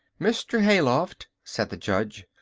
mr. hayloft, said the judge,